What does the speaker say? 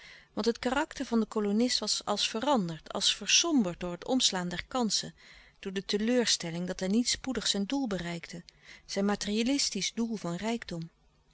want het karakter van den kolonist was als veranderd als versomberd door het omslaan der kansen door de teleurstelling dat hij niet spoedig zijn doel bereikte zijn materialistisch doel van rijkdom